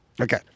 Okay